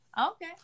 Okay